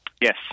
Yes